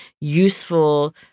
useful